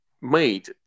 made